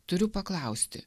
turiu paklausti